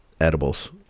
edibles